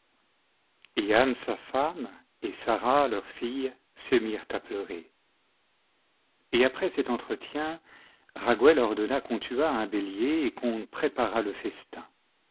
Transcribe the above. sa femme et sara leur fille se mirent à pleurer et après cet entretien raguël ordonna qu'on tuât un bélier et qu'on préparât le festin